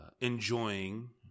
enjoying